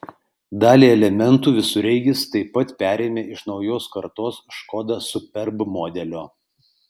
dalį elementų visureigis taip pat perėmė iš naujos kartos škoda superb modelio